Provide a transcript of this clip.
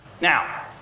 Now